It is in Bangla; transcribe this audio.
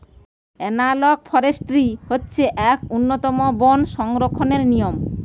এনালগ ফরেষ্ট্রী হচ্ছে এক উন্নতম বন সংরক্ষণের নিয়ম